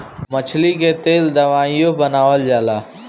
मछली के तेल दवाइयों बनावल जाला